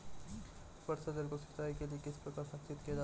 वर्षा जल को सिंचाई के लिए किस प्रकार संचित किया जा सकता है?